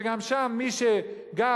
שגם שם מי שגר,